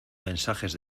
mensajes